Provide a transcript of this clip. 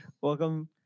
Welcome